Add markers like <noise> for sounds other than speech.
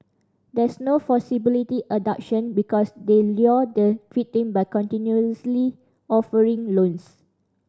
there's no <unintelligible> because they lure the <unintelligible> by continuously offering loans